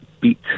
beat